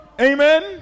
Amen